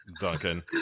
duncan